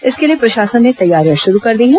इसके लिए प्रशासन ने तैयारियां शुरू कर दी हैं